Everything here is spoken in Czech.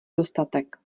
dostatek